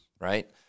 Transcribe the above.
Right